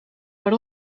per